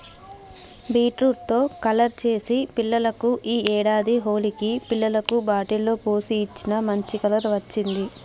beetroot తో colour చేసి పిల్లలకు ఈ ఏడాది హోలికి పిల్లలకు బాటిల్ లో పోసి ఇచ్చిన, మంచి కలర్ వచ్చింది